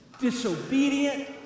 disobedient